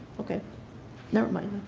ok nariman